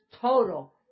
total